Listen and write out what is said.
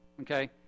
Okay